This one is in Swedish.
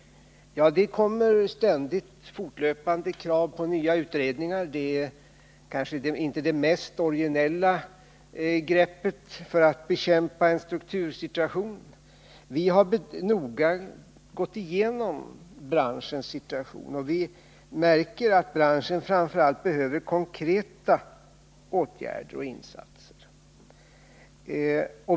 Ja, det kommer fortlöpande krav på nya utredningar. Det är kanske inte det mest originella greppet för att bekämpa en struktursituation. Vi har noga gått igenom branschens situation, och vi märker att branschen framför allt behöver konkreta åtgärder och insatser.